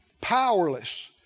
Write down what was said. powerless